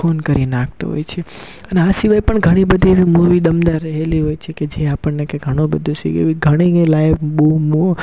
ખૂન કરી નાખતો હોય છે અને આ સિવાય પણ ઘણીબધી એવી મૂવી દમદાર રહેલી હોય છેકે જે આપણને કે ઘણુંબધુ સેકે ઘણી એ લાયક બૂમો